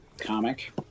comic